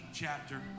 chapter